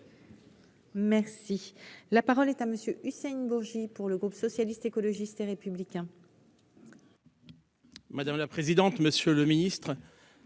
Merci, la parole est à monsieur Hussein Bourgi pour le groupe socialiste, écologiste et républicain. Madame la présidente, monsieur le Ministre.